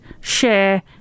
share